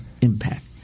impact